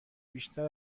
بیشتر